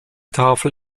tafel